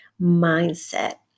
mindset